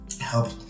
help